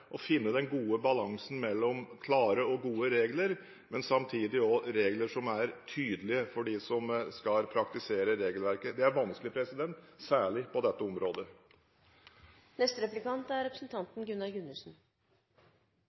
å finne den gode balansen – å ha klare og gode regler som samtidig er tydelige for dem som skal praktisere regelverket. Det er vanskelig, særlig på dette området. Jeg oppfatter, i likhet med forrige replikant,